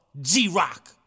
G-Rock